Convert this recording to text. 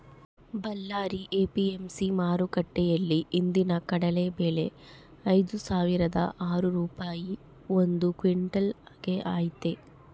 Ballari APMC ಮಾರುಕಟ್ಟೆಯಲ್ಲಿ ಇಂದಿನ ಕಡಲೆ ಬೆಲೆ ಐದುಸಾವಿರದ ಆರು ರೂಪಾಯಿ ಒಂದು ಕ್ವಿನ್ಟಲ್ ಗೆ ಐತೆ